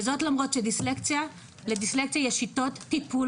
וזאת למרות שלדיסלקציה יש שיטות טיפול